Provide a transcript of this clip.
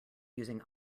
using